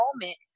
moment